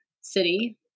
city